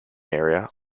area